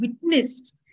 witnessed